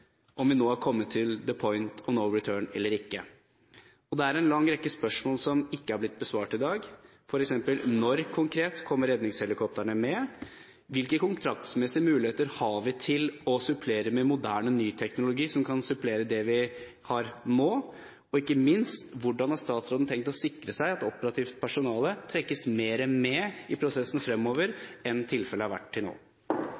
om vi nå har kommet til «the point of no return» eller ikke. Det er en lang rekke spørsmål som ikke er blitt besvart i dag, f.eks.: Når konkret kommer redningshelikoptrene med? Hvilke kontraktsmessige muligheter har vi til å supplere med moderne, ny teknologi som kan supplere det vi har nå? Og ikke minst: Hvordan har statsråden tenkt å sikre seg at operativt personale trekkes mer med i prosessen fremover enn tilfellet har vært til nå?